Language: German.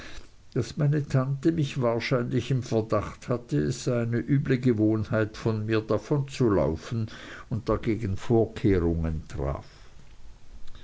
daß meine tante mich wahrscheinlich im verdacht hatte es sei eine üble gewohnheit von mir davonzulaufen und dagegen vorkehrungen traf